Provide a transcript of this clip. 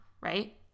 right